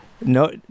No